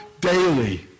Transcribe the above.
daily